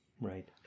Right